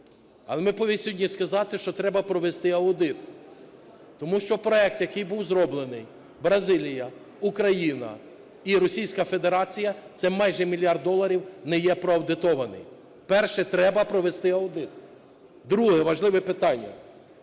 Але ми повинні сьогодні сказати, що треба провести аудит, тому що проект, який був зроблений, Бразилія, Україна і Російська Федерація – це майже мільярд доларів не є проаудитований. Перше – треба провести аудит. Друге важливе питання.